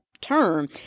term